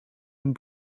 een